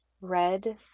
red